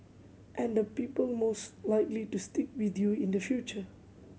and the people most likely to stick with you in the future